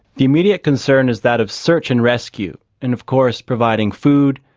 the immediate concern is that of search and rescue, and of course providing food,